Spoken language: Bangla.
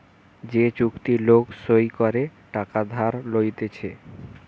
যে চুক্তি লোক সই করে টাকা ধার লইতেছে